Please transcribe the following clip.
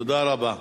תודה רבה.